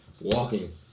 Walking